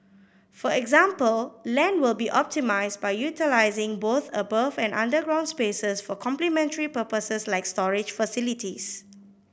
for example land will be optimised by utilising both above and underground spaces for complementary purposes like storage facilities